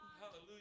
Hallelujah